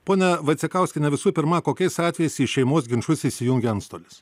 ponia vaicekauskiene visų pirma kokiais atvejais į šeimos ginčus įsijungia antstolis